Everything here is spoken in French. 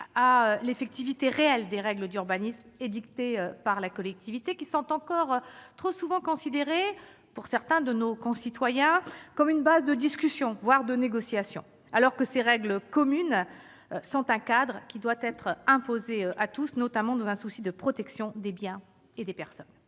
à l'effectivité réelle des règles d'urbanisme édictées par la collectivité. Ces règles communes sont encore trop souvent considérées, par certains de nos concitoyens, comme une base de discussion, voire de négociation, alors qu'elles fixent un cadre qui doit s'imposer à tous, notamment dans un souci de protection des biens et des personnes.